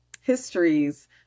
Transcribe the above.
histories